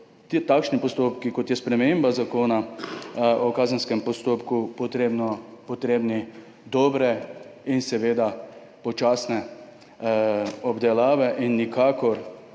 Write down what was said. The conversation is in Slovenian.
takšni postopki, kot je sprememba Zakona o kazenskem postopku, potrebni dobre in seveda počasne obdelave in nikakor